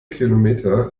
kilometer